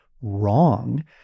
wrong